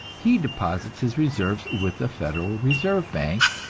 he deposits his reserves with the federal reserve bank,